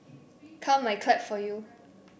come I clap for you